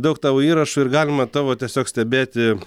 daug tavo įrašų ir galima tavo tiesiog stebėti